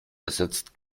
ersetzt